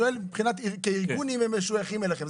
אני שואל אם כארגון הם משויכים אליכם.